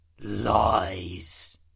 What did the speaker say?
Lies